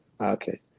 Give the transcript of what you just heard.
Okay